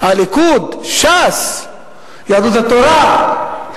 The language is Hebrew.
הליכוד, ש"ס, יהדות התורה,